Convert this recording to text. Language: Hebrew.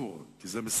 כי זה בזמן בחירות,